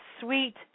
sweet